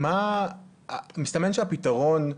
מסתמן שהפתרון,